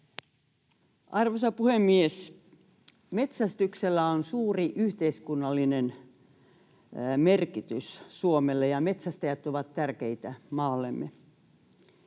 Arvoisa puhemies! Metsästyksellä on suuri yhteiskunnallinen merkitys Suomelle, ja metsästäjät ovat tärkeitä maallemme.